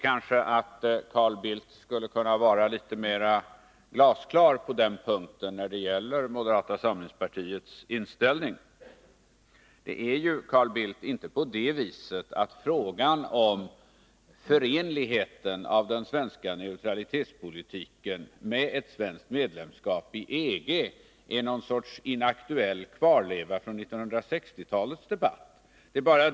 Jag tycker att Carl Bildt när det gäller moderata samlingspartiets inställning skulle ha kunnat vara mera glasklar. Frågan om förenligheten av den svenska neutralitetspolitiken med ett svenskt medlemskap i EG är inte, Carl Bildt, någon sorts inaktuell kvarleva från 1960-talets debatt.